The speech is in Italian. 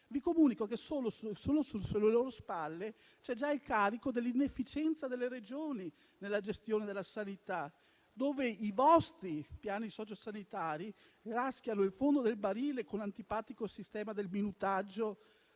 Vi comunico che sulle loro spalle in esclusiva c'è già il carico dell'inefficienza delle Regioni nella gestione della sanità, dove i vostri piani sociosanitari raschiano il fondo del barile con l'antipatico sistema del minutaggio